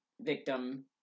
victim